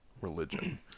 religion